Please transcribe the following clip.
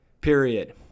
Period